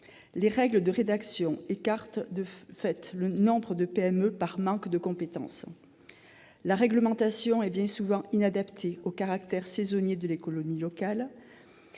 Les règles de rédaction écartent de fait nombre de PME par manque de compétences. La réglementation est bien souvent inadaptée au caractère saisonnier de l'économie locale.